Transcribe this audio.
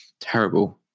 terrible